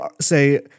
say